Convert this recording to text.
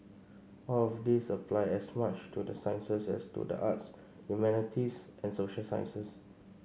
all of these apply as much to the sciences as to the arts humanities and social sciences